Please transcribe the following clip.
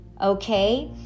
okay